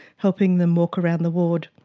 helping them walk around the ward,